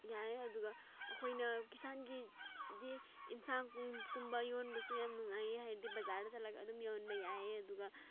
ꯌꯥꯏ ꯑꯗꯨꯒ ꯑꯩꯈꯣꯏꯅ ꯀꯤꯁꯥꯟꯒꯤꯗꯤ ꯑꯦꯟꯁꯥꯡ ꯀꯨꯝꯕ ꯌꯣꯟꯕꯁꯨ ꯌꯥꯝ ꯅꯨꯡꯉꯥꯏꯌꯦ ꯍꯥꯏꯗꯤ ꯕꯖꯥꯔꯗ ꯆꯠꯂꯒ ꯑꯗꯨꯝ ꯌꯣꯟꯕ ꯌꯥꯏꯌꯦ ꯑꯗꯨꯒ